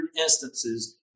instances